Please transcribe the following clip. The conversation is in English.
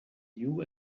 new